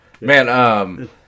Man